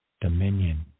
dominion